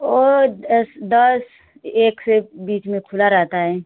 ओ दस एक से बीच में खुला रहता हे